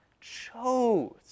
chose